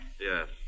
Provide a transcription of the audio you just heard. Yes